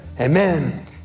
Amen